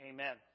Amen